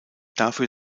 dafür